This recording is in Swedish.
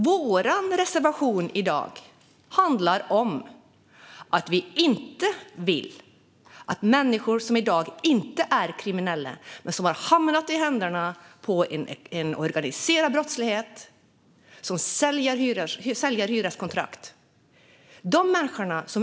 Vår reservation handlar om att vi inte vill att människor som inte är kriminella i dag men som har hamnat i händerna på en organiserad brottslighet som säljer hyreskontrakt ska anses som kriminella.